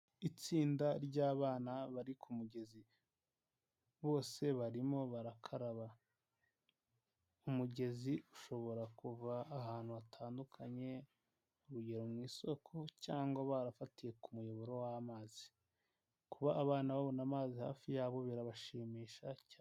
Itsinda ry'abana bari kumugezi bose barimo barakaraba, umugezi ushobora kuva ahantu hatandukanye ,urugero mu isoko cyangwa barafatiye ku muyoboro w'amazi. kuba abana babona amazi hafi ya bo birabashimisha cyane.